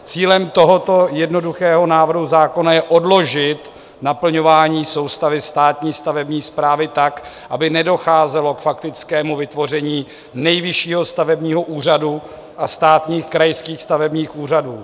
Cílem tohoto jednoduchého návrhu zákona je odložit naplňování soustavy státní stavební správy tak, aby nedocházelo k faktickému vytvoření Nejvyššího stavebního úřadu a státních krajských stavebních úřadů.